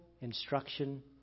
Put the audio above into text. instruction